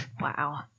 Wow